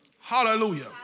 Hallelujah